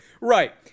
Right